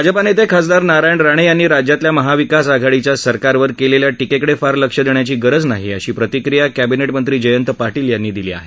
भाजपा नेते खासदार नारायण राणे यांनी राज्यातल्या महाविकास आघाडीच्या सरकारवर केलेल्या टीकेकडे फार लक्ष देण्याची गरज नाही अशी प्रतिक्रिया कॅबिनेट मंत्री जयंत पाटील यांनी दिली आहे